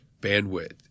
bandwidth